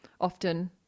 often